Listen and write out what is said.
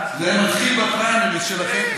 זה מתחיל בפריימריז שלכם,